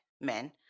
men